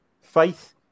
Faith